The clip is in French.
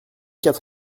quatre